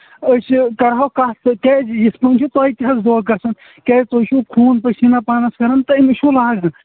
أسۍ کَرہاو کَتھ کیازِ یِتھ پٲٹھۍ چھ تۄہہِ تہِ دونٛکھہٕ گَژھان کیاز تۄہہِ چھُو خوٗن پٕسیٖنا پانَس کَڑان تہٕ أمِس چھُو لاگَان